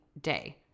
day